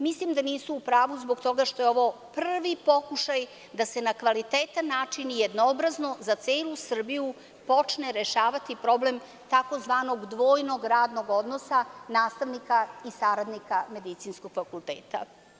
Mislim da nisu u pravo zbog toga što je ovo prvi pokušaj da se na kvalitetan način i jednoobrazno za celu Srbiju počne rešavati problem tzv. „dvojnog radnog odnosa“ nastavnika i saradnika medicinskog fakulteta.